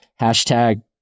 Hashtag